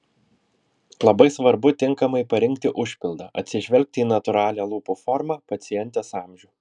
labai svarbu tinkamai parinkti užpildą atsižvelgti į natūralią lūpų formą pacientės amžių